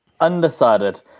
undecided